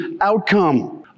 outcome